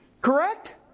Correct